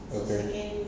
okay